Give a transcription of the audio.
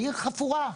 העיר חפורה,